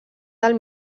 del